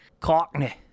Cockney